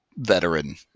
veteran